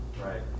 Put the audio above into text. right